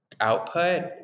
output